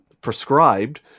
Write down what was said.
prescribed